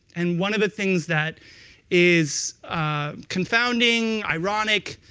and one of the things that is confounding, ironic,